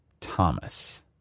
Thomas